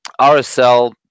rsl